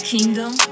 Kingdom